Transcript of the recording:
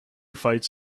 fights